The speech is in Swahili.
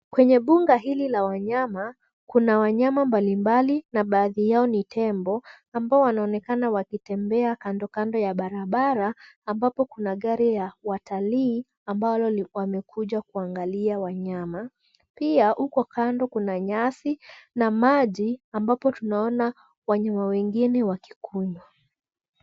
Kwenye mbuga hili ka wanyama kuna wanyama mbalimbali na baadhi yao ni tembo ambao wanaonekana wakitembea kando kando ya barabara ambapo kuna gari ya watalii ambao wamekuja kuangalia wanyama. Pia huko kando kuna nyasi na maji ambapo tunaona wanyama wengine wakikunywa.